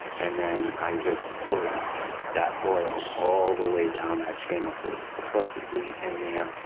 and then i just pull that oil all the way down that channel so it's perfectly in there,